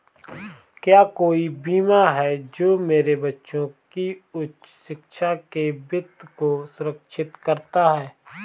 क्या कोई बीमा है जो मेरे बच्चों की उच्च शिक्षा के वित्त को सुरक्षित करता है?